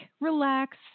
relax